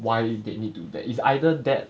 why they need do that it's either that